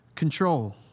control